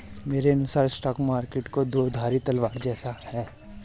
मेरे अनुसार stock market दो धारी तलवार जैसा है